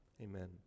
Amen